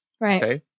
Right